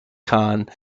khan